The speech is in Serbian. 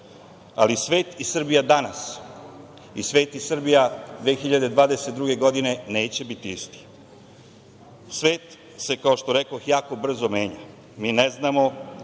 svet i Srbija danas i svet i Srbija 2022. godine neće biti isti. Svet se, kao što rekoh, jako brzo menja. Mi ne znamo